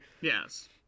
Yes